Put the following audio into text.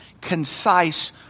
concise